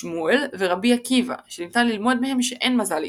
שמואל ורבי עקיבא שניתן ללמוד מהם שאין מזל לישראל.